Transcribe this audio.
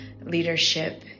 leadership